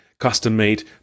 custom-made